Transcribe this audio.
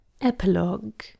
Epilogue